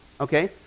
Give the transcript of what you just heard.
Okay